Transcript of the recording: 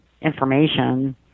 information